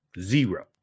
Zero